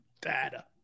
Data